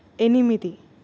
ఎనిమిది